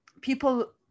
people